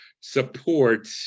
support